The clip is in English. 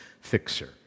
fixer